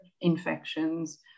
infections